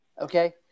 Okay